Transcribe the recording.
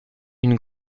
une